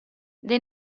dei